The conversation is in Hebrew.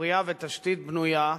פורייה ותשתית בנויה,